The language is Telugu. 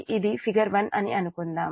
ఇది ఫిగర్ 1 అని అనుకుందాం